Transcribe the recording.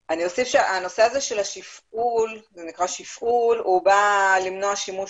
אני אוסיף שהנושא הזה של השפעול זה נקרא שפעול בא למנוע שימוש